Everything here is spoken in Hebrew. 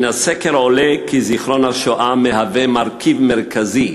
מן הסקר עולה כי זיכרון השואה הוא מרכיב מרכזי